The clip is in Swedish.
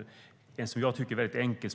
tycker det.